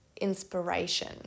inspiration